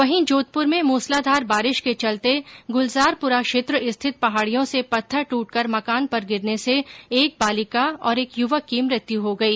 वहीं जोधपुर में मुसलाधार बारिश के चलते गलजारपुरा क्षेत्र स्थित पहाडियों से पत्थर ट्टटकर मकान पर गिरने से एक बालिका और एक युवक की मृत्यु हो गई